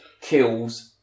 kills